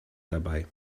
dabei